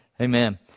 Amen